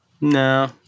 no